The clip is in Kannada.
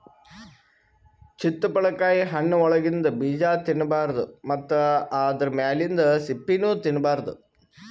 ಚಿತ್ತಪಳಕಾಯಿ ಹಣ್ಣ್ ಒಳಗಿಂದ ಬೀಜಾ ತಿನ್ನಬಾರ್ದು ಮತ್ತ್ ಆದ್ರ ಮ್ಯಾಲಿಂದ್ ಸಿಪ್ಪಿನೂ ತಿನ್ನಬಾರ್ದು